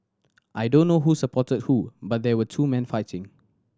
I don't know who supported who but there were two men fighting